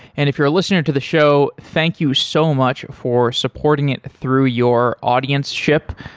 and if you're a listener to the show, thank you so much for supporting it through your audienceship.